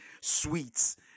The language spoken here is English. sweets